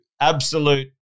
absolute